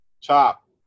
Chop